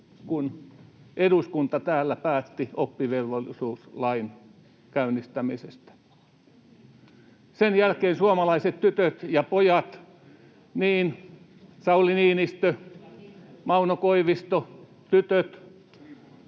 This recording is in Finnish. kun eduskunta täällä päätti oppivelvollisuuslain käynnistämisestä. Sen jälkeen suomalaiset tytöt ja pojat, niin Sauli Niinistö, Mauno Koivisto, Tarja